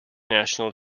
national